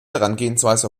herangehensweise